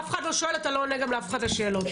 אף אחד לא שואל ואתה גם לא עונה לאף אחד על שאלות.